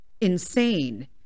insane